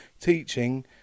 teaching